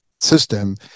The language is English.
system